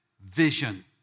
vision